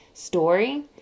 story